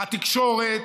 התקשורת.